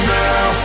now